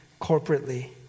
corporately